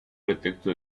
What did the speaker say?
pretexto